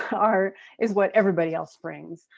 art is what everybody else brings.